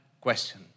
question